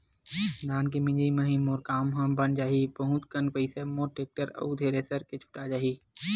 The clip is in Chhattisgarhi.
धान के मिंजई म ही मोर काम ह बन जाही बहुत कन पईसा मोर टेक्टर अउ थेरेसर के छुटा जाही